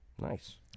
Nice